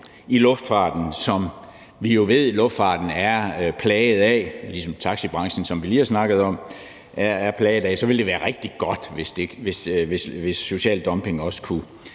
i luftfarten, som vi jo ved luftfarten er plaget af, ligesom taxabranchen, som vi lige har snakket om, er plaget af. Så det kunne være rigtig godt, hvis social dumping også kunne